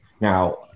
Now